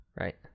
Right